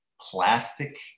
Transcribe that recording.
plastic